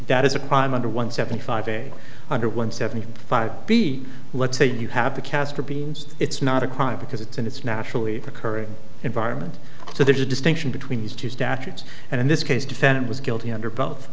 that is a crime under one seventy five a day under one seventy five b let's say you have the castor beans it's not a crime because it's an it's naturally occurring environment so there's a distinction between these two statutes and in this case defendant was guilty under both